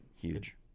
huge